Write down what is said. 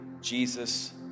Jesus